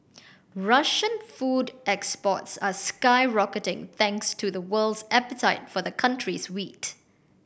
Russian food exports are skyrocketing thanks to the world's appetite for the country's wheat